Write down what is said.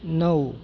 नऊ